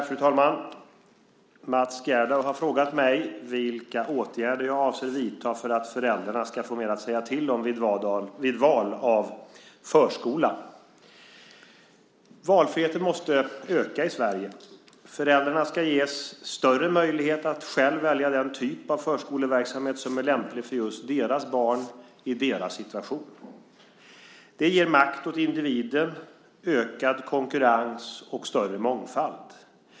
Fru talman! Mats Gerdau har frågat mig vilka åtgärder jag avser att vidta för att föräldrarna ska få mer att säga till om vid val av förskola. Valfriheten måste öka i Sverige. Föräldrarna ska ges större möjlighet att själva välja den typ av förskoleverksamhet som är lämplig för just deras barn, i deras situation. Det ger makt åt individen, ökad konkurrens och större mångfald.